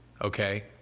okay